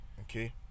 okay